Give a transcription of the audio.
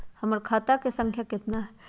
हमर खाता के सांख्या कतना हई?